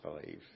believe